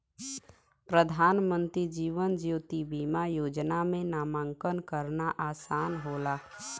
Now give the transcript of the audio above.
प्रधानमंत्री जीवन ज्योति बीमा योजना में नामांकन करना आसान होला